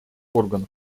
органов